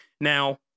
Now